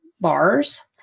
bars